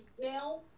now